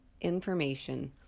information